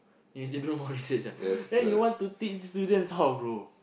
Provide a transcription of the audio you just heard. need to do more research ah then you want to teach students how bro